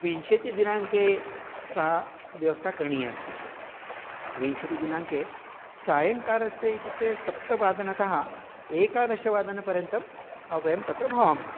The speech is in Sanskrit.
विंशतिदिनाङ्के सा व्यवस्था करणीया अस्ति विंशतिदिनाङ्के सायङ्कालस्य इत्युक्ते सप्तवादनतः एकादशवादनपर्यन्तं वयं तत्र भवामः